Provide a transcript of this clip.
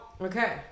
Okay